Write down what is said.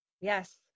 Yes